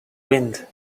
wind